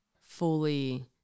fully